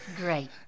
Great